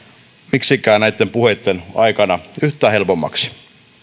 miksikään näitten puheitten aikana yhtään helpommaksi